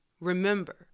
remember